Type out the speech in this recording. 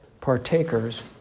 partakers